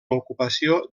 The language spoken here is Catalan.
ocupació